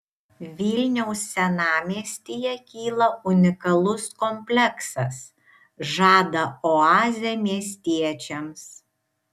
vilniaus senamiestyje kyla unikalus kompleksas žada oazę miestiečiams